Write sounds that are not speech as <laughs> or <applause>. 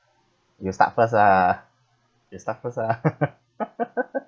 you start first lah you start first lah <laughs>